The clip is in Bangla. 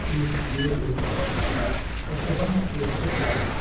আমার প্রিয় বই অ্যাকাডেমিক পুরস্কারপাপ্ত